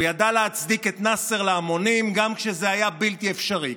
הוא ידע להצדיק את נאצר להמונים גם כשזה היה בלתי אפשרי.